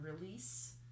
release